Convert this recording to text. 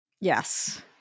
Yes